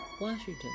Washington